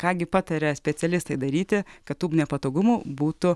ką gi pataria specialistai daryti kad tų nepatogumų būtų